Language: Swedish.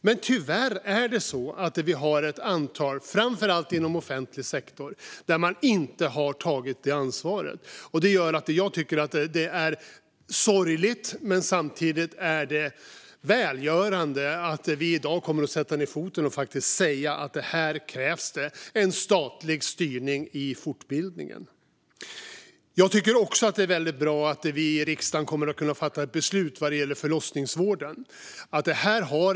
Men tyvärr har vi, framför allt inom offentlig sektor, ett antal arbetsgivare som inte har tagit det ansvaret. Jag tycker att det är sorgligt men samtidigt välgörande att vi i dag kommer att sätta ned foten och säga att det krävs en statlig styrning när det gäller fortbildning. Jag tycker också att det är väldigt bra att vi i riksdagen kommer att kunna fatta ett beslut gällande förlossningsvården.